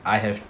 I have